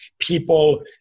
people